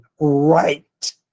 right